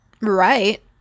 right